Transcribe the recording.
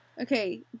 okay